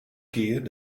keer